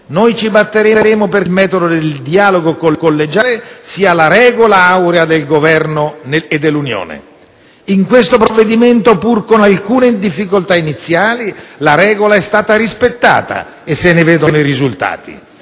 Noi ci batteremo perché il metodo del dialogo collegiale sia la regola aurea del Governo e dell'Unione. In questo provvedimento, pur con alcune difficoltà iniziali, la regola è stata rispettata e se ne vedono i risultati.